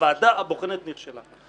הוועדה הבוחנת נכשלה,